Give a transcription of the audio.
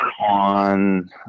on